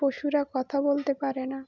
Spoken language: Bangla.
পশুরা কথা বলতে পারে না